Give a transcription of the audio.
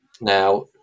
Now